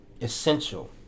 essential